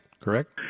correct